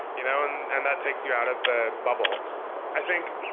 you know and and that takes you out of the bubble i think,